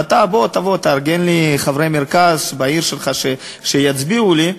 ואתה תבוא ותארגן לי בעיר שלך חברי מרכז שיצביעו לי,